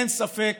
אין ספק